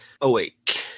Awake